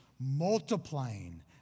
Multiplying